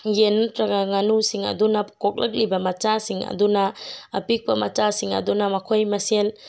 ꯌꯦꯟ ꯅꯠꯇ꯭ꯔꯒ ꯉꯥꯅꯨꯁꯤꯡ ꯑꯗꯨꯅ ꯀꯣꯛꯂꯛꯂꯤꯕ ꯃꯆꯥꯁꯤꯡ ꯑꯗꯨꯅ ꯑꯄꯤꯛꯄ ꯃꯆꯥꯁꯤꯡ ꯑꯗꯨꯅ ꯃꯈꯣꯏ ꯃꯁꯦꯜ